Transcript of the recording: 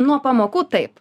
nuo pamokų taip